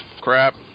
Crap